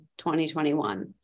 2021